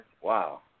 Wow